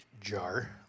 jar